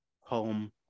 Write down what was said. home